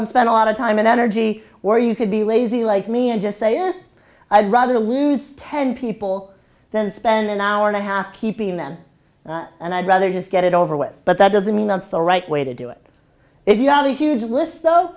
and spend a lot of time and energy or you could be lazy like me and just say oh i'd rather lose ten people than spend an hour and a half keeping them and i'd rather just get it over with but that doesn't mean that's the right way to do it if you have a huge list so